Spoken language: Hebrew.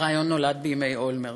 הרעיון נולד בימי אולמרט.